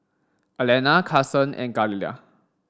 Alannah Cason and Galilea